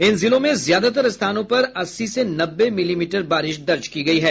इन जिलों में ज्यादातर स्थानों पर अस्सी से नब्बे मिलीमीटर बारिश दर्ज की गयी है